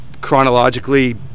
chronologically